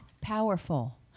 powerful